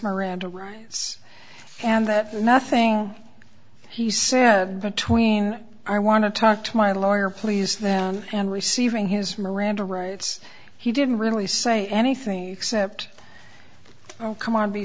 miranda rights and that nothing he said between i want to talk to my lawyer please and receiving his miranda rights he didn't really say anything except oh come on be